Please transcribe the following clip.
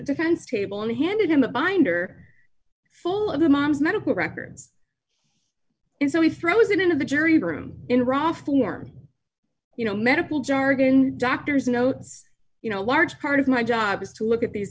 defense table and handed him a binder full of the mom's medical records and so he throws it into the jury room in raw form you know medical jargon doctor's notes you know part of my job is to look at these